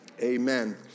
Amen